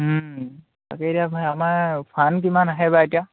তাকে এতিয়া আমাৰ ফাণ্ড কিমান আহে বা এতিয়া